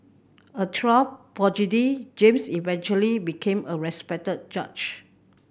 a child prodigy James eventually became a respected judge